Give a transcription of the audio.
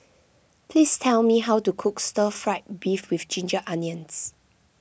please tell me how to cook Stir Fried Beef with Ginger Onions